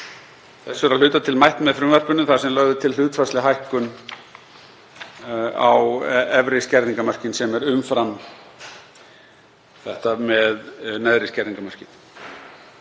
Þessu er að hluta til mætt með frumvarpinu þar sem lögð er til hlutfallsleg hækkun á efri skerðingarmörkin sem er umfram þetta með neðri skerðingarmörkin.